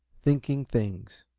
thinking things.